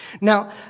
Now